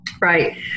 Right